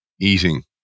eating